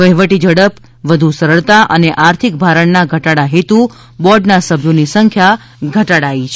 વહીવટી ઝડપ વધુ સરળતા અને આર્થિક ભારણના ઘટાડા હેતુ બોર્ડના સભ્યોની સંખ્યા ઘટાડાઇ છે